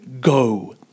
Go